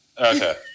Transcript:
Okay